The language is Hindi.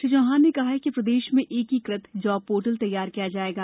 श्री चौहान ने कहा कि प्रदेश में एकीकृत जॉब पोर्टल तैयार किया जाएगा